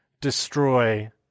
destroy